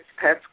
pets